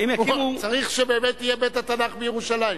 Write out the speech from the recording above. צריך באמת שבית-התנ"ך יהיה בירושלים.